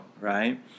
right